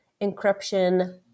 encryption